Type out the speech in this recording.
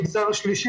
למגזר שלישי,